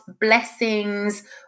blessings